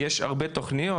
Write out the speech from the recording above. יש הרבה תוכניות,